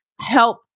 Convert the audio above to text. help